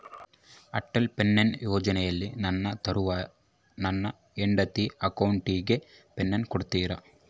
Atal pension ಯೋಜನೆಯಲ್ಲಿ ನನ್ನ ತರುವಾಯ ನನ್ನ ಹೆಂಡತಿ ಅಕೌಂಟಿಗೆ ಪೆನ್ಶನ್ ಕೊಡ್ತೇರಾ?